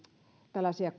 tällaisia